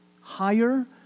higher